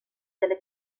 delle